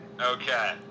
Okay